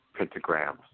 pentagrams